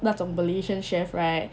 那种 malaysian chef right